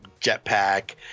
jetpack